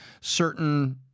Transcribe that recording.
certain